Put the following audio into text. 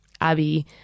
Abby